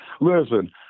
listen